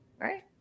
right